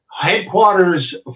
headquarters